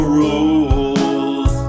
rules